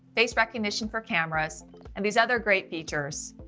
face recognition for cameras and these other great features,